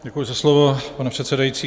Děkuji za slovo, pane předsedající.